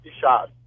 shot